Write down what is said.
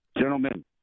Gentlemen